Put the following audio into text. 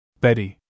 Betty